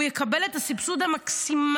והיא תקבל את הסבסוד המקסימלי,